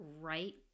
right